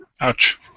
Ouch